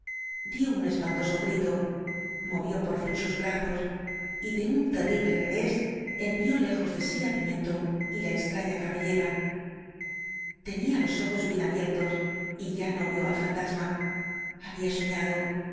dió un espantoso grito movió por fin sus brazos y de un terrible revés envió lejos de sí á pimentó y la extraña cabellera tenía los ojos bien abiertos y ya no vio al fantasma había soñado